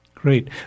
Great